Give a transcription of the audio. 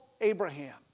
Abraham